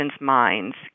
minds